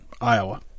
Iowa